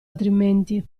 altrimenti